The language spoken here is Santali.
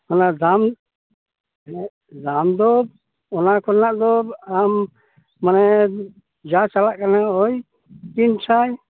ᱢᱟᱱᱮ ᱫᱟᱢ ᱫᱟᱢ ᱫᱚ ᱚᱱᱟ ᱠᱷᱚᱱᱟᱜ ᱫᱚ ᱟᱢ ᱢᱟᱱᱮ ᱡᱟ ᱪᱟᱞᱟᱜ ᱠᱟᱱᱟ ᱣᱭ ᱛᱤᱱ ᱥᱟᱭ